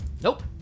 Nope